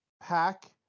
pack